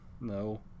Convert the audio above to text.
No